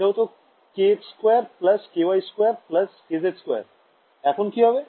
এটা হত kx2 ky 2 kz 2 এখন কি হবে